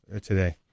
today